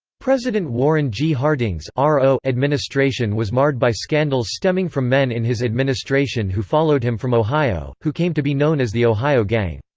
president warren g. harding's ah administration was marred by scandals stemming from men in his administration who followed him from ohio, who came to be known as the ohio gang.